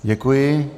Děkuji.